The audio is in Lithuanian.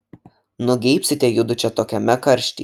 nugeibsite judu čia tokiame karštyje